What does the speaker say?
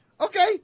Okay